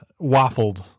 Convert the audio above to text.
waffled –